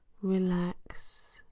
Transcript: relax